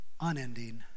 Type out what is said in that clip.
unending